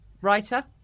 writer